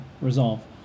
resolve